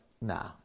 nah